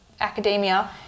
academia